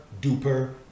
duper